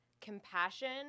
compassion